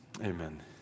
amen